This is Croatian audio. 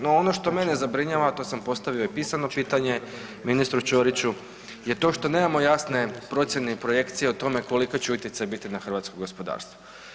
No ono što mene zabrinjava, to sam postavio i pisano pitanje ministru Ćoriću je to što nemamo jasne procijene i projekcije o tome koliki će utjecaj biti na hrvatsko gospodarstvo.